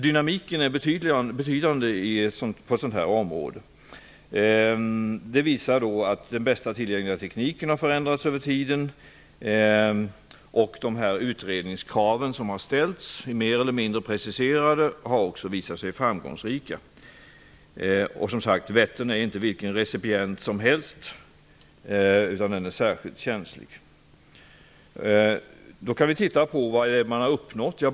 Dynamiken är betydande på ett sådant här område. Det visar sig att den bästa tillgängliga tekniken har förändrats över tiden, och de utredningskrav som har ställts och som är mer eller mindre preciserade har också visat sig vara framgångsrika. Vättern är inte vilken recipient som helst, utan en sjö som är särskilt känslig. Då kan vi titta på vad man har uppnått.